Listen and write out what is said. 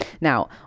Now